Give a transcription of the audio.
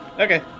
Okay